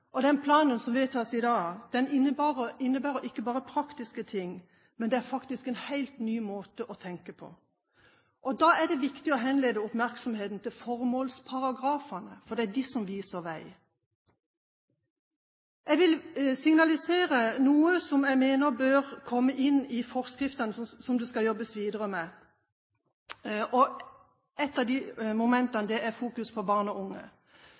og den planen som vedtas i dag, innebærer ikke bare praktiske ting, men det er faktisk en helt ny måte å tenke på. Da er det viktig å henlede oppmerksomheten på formålsparagrafene, for det er de som viser vei. Jeg vil signalisere noe som jeg mener bør komme inn i forskriftene som det skal jobbes videre med. Et av disse momentene er fokuseringen på barn og unge.